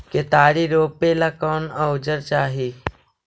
केतारी रोपेला कौन औजर चाही?